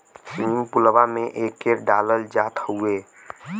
swimming पुलवा में एके डालल जात हउवे